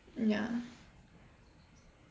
ya